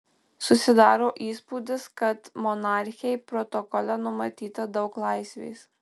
susidaro įspūdis kad monarchei protokole numatyta daug laisvės